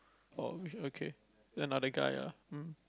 oh okay another guy ah